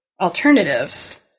alternatives